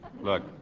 Look